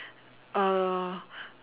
uh